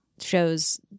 shows